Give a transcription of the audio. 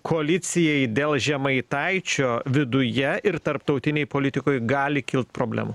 koalicijai dėl žemaitaičio viduje ir tarptautinėj politikoj gali kilt problemų